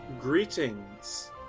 Greetings